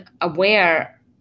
aware